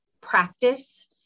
practice